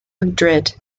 madrid